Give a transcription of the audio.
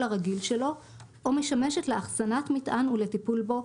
הרגיל שלו או משמשת לאחסנת מטען ולטיפול בו,